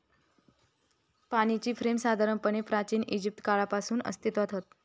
पाणीच्या फ्रेम साधारणपणे प्राचिन इजिप्त काळापासून अस्तित्त्वात हत